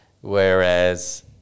whereas